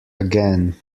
again